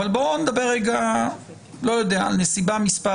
בואו נדבר על נסיבה מספר